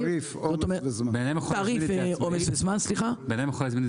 אני יכול להזמין את זה